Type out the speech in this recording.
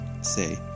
say